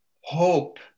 hope